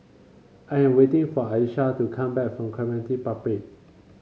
I am waiting for Alysha to come back from Clementi Public